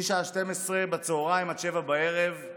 משעה 12:00 עד 19:00,